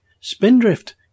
Spindrift